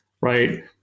right